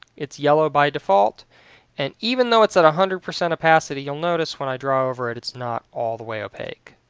it's yellow by default and even though it's one hundred percent opacity, you'll notice when i draw over it, it's not all the way opaque,